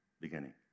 beginning